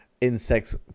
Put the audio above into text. insects